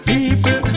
People